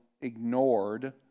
ignored